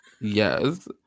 yes